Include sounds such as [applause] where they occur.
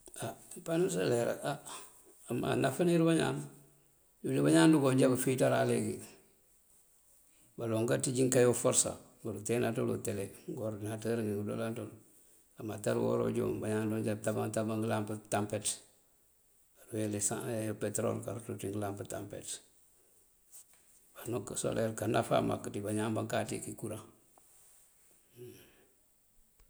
Á pano soler á amáa náfánir bañaan. Uwël wí bañaan dukoojo bunk fiţaran leengi. Baloŋ kanţíj inkee uforësa búund teená dël utele, ngëworëdinatër dí ngëloŋ aţúm. Amatar uhora unjoonúu, bañaan joobundoŋ bútában këëntában ngëlamp tampet. Buwel [hesitation] petërol karu ţú ţí ngëlamp tampet. Pano soler aká náfá mak dí bañaan bakáaţ bíki kuraŋ.